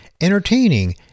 entertaining